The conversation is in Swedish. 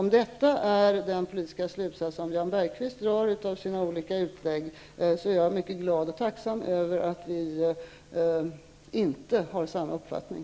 Om detta är den politiska slutsats som Jan Bergqvist drar av sina olika utläggningar är jag mycket glad och tacksam över att vi inte inte har samma uppfattning.